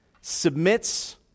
submits